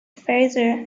frazer